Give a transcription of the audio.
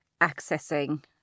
accessing